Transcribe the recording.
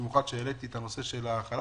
ואת מי שהגיע לכאן גם מצה"ל,